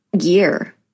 year